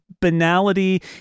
banality